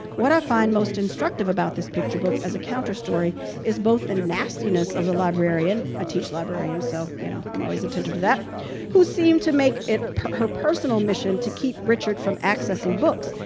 what i find most instructive about this picture book as a counterstory is both the nastiness of the librarian, i ah teach librarian so, you know i'm always attentive to that who seemed to make it her personal mission to keep richard from accessing books,